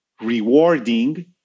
rewarding